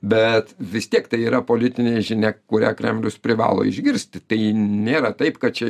bet vis tiek tai yra politinė žinia kurią kremlius privalo išgirsti tai nėra taip kad čia